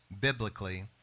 biblically